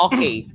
Okay